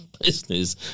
business